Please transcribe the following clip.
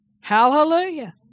Hallelujah